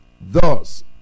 thus